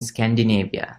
scandinavia